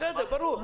ברור.